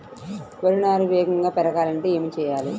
వరి నారు వేగంగా పెరగాలంటే ఏమి చెయ్యాలి?